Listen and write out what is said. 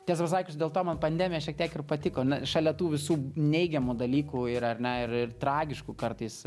tiesą pasakius dėl to man pandemija šiek tiek ir patiko šalia tų visų neigiamų dalykų ir ar ne ir ir tragiškų kartais